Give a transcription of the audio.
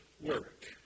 work